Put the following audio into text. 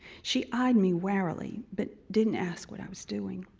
she eyed me warrily, but didn't ask what i was doing.